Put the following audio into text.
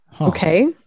Okay